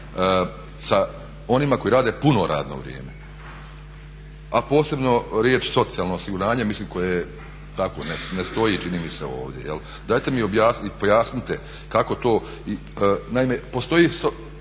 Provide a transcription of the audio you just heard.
sa onima koji rade puno radno vrijeme a posebno riječ socijalno osiguranje, mislim koje, tako ne stoji, čini mi se ovdje. Dajte mi pojasnite kako to,